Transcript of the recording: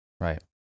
right